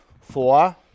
Four